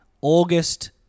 August